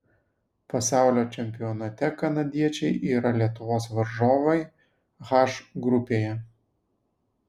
pasaulio čempionate kanadiečiai yra lietuvos varžovai h grupėje